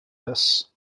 this